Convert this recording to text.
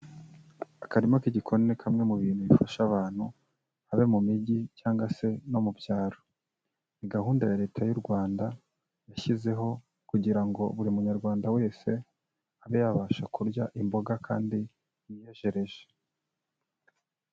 Akarima k'igikoni ni kamwe mu bintu bifasha abantu habe mu mijyi cyangwa se no mu byaro. Ni gahunda ya Leta y'u Rwanda yashyizeho kugira ngo buri Munyarwanda wese abe yabasha kurya imboga kandi yiyejereje.